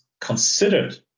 considered